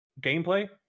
gameplay